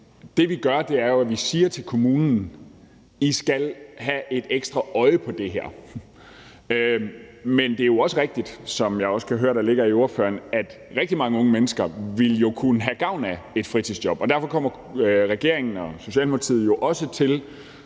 det, vi gør, er, at vi siger til kommunen: I skal have et ekstra øje på det her. Men det er jo også rigtigt, som jeg også kan høre der ligger i ordførerens spørgsmål, at rigtig mange unge mennesker jo ville kunne have gavn af et fritidsjob, og derfor kommer regeringen og Socialdemokratiet også,